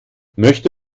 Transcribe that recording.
möchte